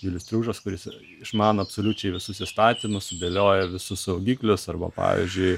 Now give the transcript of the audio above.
julius striužas kuris išmano absoliučiai visus įstatymus sudėlioja visus saugiklius arba pavyzdžiui